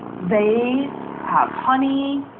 they have honey,